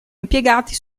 impiegati